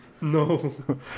No